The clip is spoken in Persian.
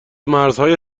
مرزهای